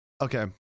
Okay